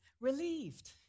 relieved